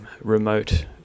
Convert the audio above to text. remote